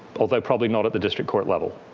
although probably not at the district court level,